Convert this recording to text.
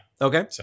Okay